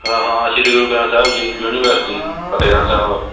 ਹਾਂ ਹਾਂ ਸ਼੍ਰੀ ਗੁਰੂ ਗ੍ਰੰਥ ਸਾਹਿਬ ਯੂ ਯੂਨੀਵਰਸਿਟੀ ਫਤਿਹਗੜ੍ਹ ਸਾਹਿਬ